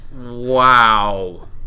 Wow